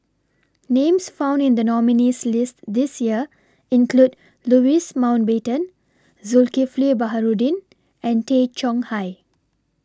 Names found in The nominees' list This Year include Louis Mountbatten Zulkifli Baharudin and Tay Chong Hai